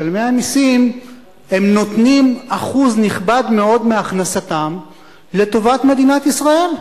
משלמי המסים נותנים אחוז נכבד מאוד מהכנסתם לטובת מדינת ישראל.